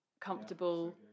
comfortable